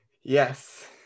yes